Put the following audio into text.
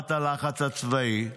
מהגברת הלחץ הצבאי.